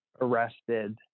arrested